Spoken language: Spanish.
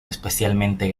especialmente